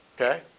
Okay